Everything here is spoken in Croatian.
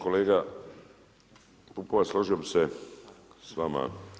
Kolega Pupovac, složio bi se s vama.